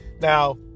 Now